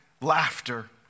laughter